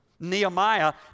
Nehemiah